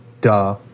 duh